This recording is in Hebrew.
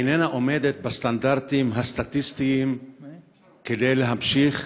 איננה עומדת בסטנדרטים הסטטיסטיים כדי להמשיך